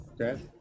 Okay